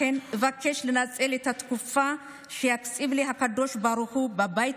לכן אבקש לנצל את התקופה שיקציב לי הקדוש ברוך הוא בבית